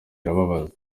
birababaza